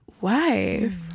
wife